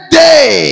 day